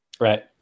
Right